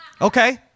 Okay